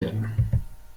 werden